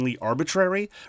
arbitrary